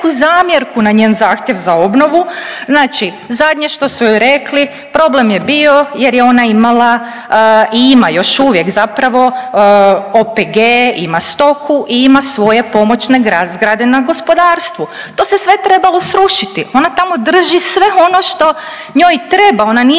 na njen zahtjev za obnovu, znači zadnje što su joj rekli problem je bio jer je ona imala i ima još uvijek zapravo OPG, ima stoku i ima svoje pomoćne zgrade na gospodarstvu. To se sve trebalo srušiti, ona tamo drži sve ono što njoj treba, ona nije